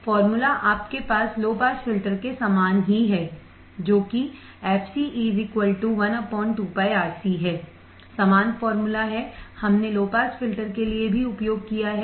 formula आपके low pass filter के समान है जो fc 1 2 πRC समान फॉर्मूला है हमने लो पास फिल्टर के लिए भी उपयोग किया है